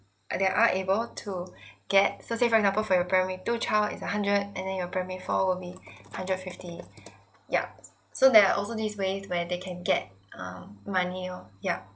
uh they are able to get so say for example for your primary two child it's a hundred and then your primary four will be hundred fifty yup so there are also these ways where they can get um money oh yup